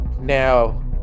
Now